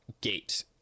Gate